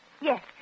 Yes